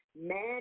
man